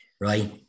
right